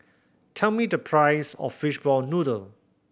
tell me the price of fishball noodle